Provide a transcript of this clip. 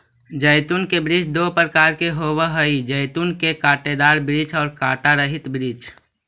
जैतून के वृक्ष दो प्रकार के होवअ हई जैतून के कांटेदार वृक्ष और कांटा रहित वृक्ष